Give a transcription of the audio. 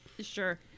Sure